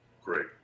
Great